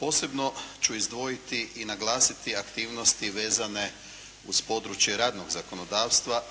Posebno ću izdvojiti i naglasiti aktivnosti vezane uz područje radnog zakonodavstva